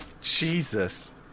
Jesus